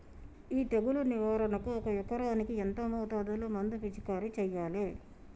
ఈ తెగులు నివారణకు ఒక ఎకరానికి ఎంత మోతాదులో మందు పిచికారీ చెయ్యాలే?